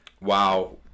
Wow